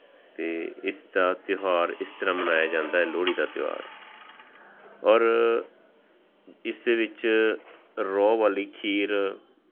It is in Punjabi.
ਅਤੇ ਇਸ ਦਾ ਤਿਉਹਾਰ ਇਸ ਤਰ੍ਹਾਂ ਮਨਾਇਆ ਜਾਂਦਾ ਲੋਹੜੀ ਦਾ ਤਿਉਹਾਰ ਔਰ ਇਸ ਦੇ ਵਿੱਚ ਰੋਹ ਵਾਲੀ ਖੀਰ